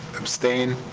abstain?